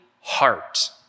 heart